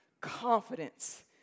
confidence